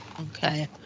Okay